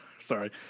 sorry